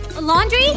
Laundry